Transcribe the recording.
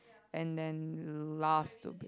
and then last to